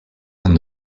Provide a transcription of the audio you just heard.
and